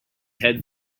head